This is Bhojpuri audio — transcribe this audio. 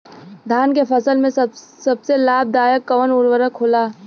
धान के फसल में सबसे लाभ दायक कवन उर्वरक होला?